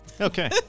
Okay